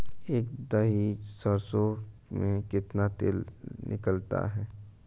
एक दही सरसों में कितना तेल निकलता है?